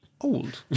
old